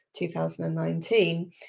2019